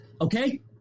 Okay